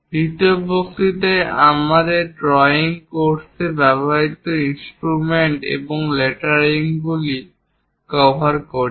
দ্বিতীয় বক্তৃতায় আমরা আমাদের ড্রয়িং কোর্সে ব্যবহৃত ড্রয়িং ইনস্ট্রুমেন্ট এবং লেটারিংগুলি কভার করি